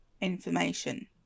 information